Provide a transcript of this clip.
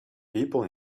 people